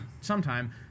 sometime